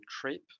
trip